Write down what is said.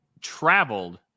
traveled